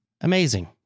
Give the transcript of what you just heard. Amazing